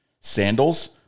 Sandals